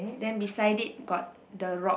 then beside it got the rock